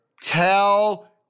Tell